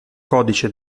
codice